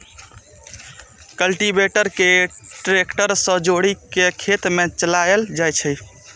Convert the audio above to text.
cultivator कें tractor सं जोड़ि कें खेत मे चलाएल जाइ छै